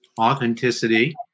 authenticity